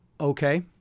Okay